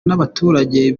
n’abaturage